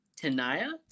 Tanya